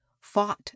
fought